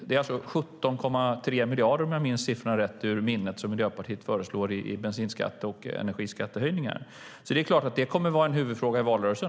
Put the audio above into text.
Om jag minns siffrorna rätt är det 17,3 miljarder som Miljöpartiet föreslår i bensinskatte och energiskattehöjningar. Det är klart att detta kommer att vara en huvudfråga i valrörelsen.